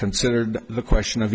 considered the question of